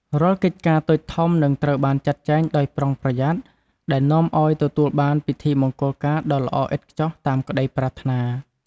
រាល់កិច្ចការតូចធំនឹងត្រូវបានចាត់ចែងដោយប្រុងប្រយ័ត្ន ដែលនាំឲ្យទទួលបានពិធីមង្គលការដ៏ល្អឥតខ្ចោះតាមក្តីប្រាថ្នា។